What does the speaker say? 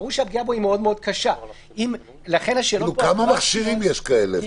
ברור שהפגיעה בו היא מאוד מאוד קשה -- כמה מכשירים יש כאלה?